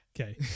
Okay